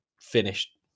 finished